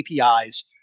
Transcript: APIs